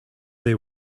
they